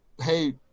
hey